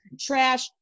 trash